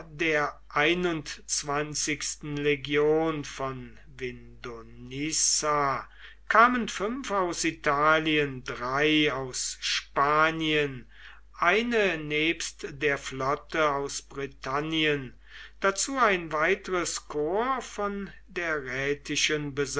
der legion von vindonissa kamen fünf aus italien drei aus spanien eine nebst der flotte aus britannien dazu ein weiteres korps von der